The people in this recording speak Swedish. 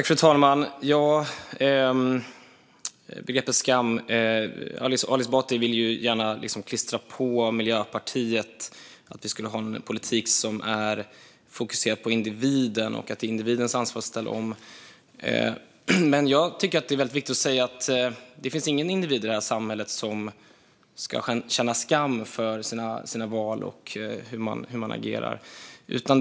Fru talman! När det gäller begreppet skam vill Ali Esbati gärna klistra på Miljöpartiet en politik som är fokuserad på individen och går ut på att det är individens ansvar att ställa om. Jag tycker att det är väldigt viktigt att säga att ingen individ i det här samhället ska känna skam för sina val och hur man agerar.